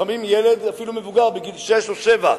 לפעמים ילד, אפילו בוגר, בגיל שש או שבע,